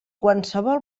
qualsevol